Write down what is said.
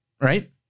right